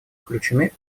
включены